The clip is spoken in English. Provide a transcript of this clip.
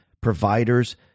providers